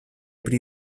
pri